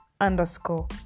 underscore